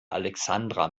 alexandra